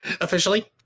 officially